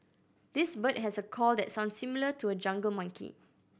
this bird has a call that sounds similar to a jungle monkey